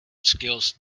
skills